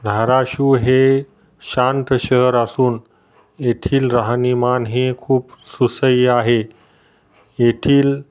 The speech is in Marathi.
धाराशिव हे शांत शहर असून येथील राहणीमान हे खूप सुसह्य आहे येथील